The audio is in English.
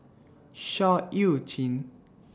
Seah EU Chin